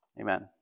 amen